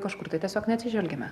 kažkur tai tiesiog neatsižvelgėme